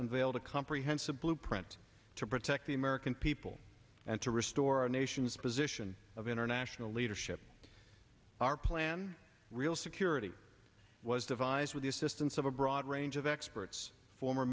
and failed a comprehensive blueprint to protect the american people and to restore our nation's position of international leadership our plan real security was devised with the assistance of a broad range of experts former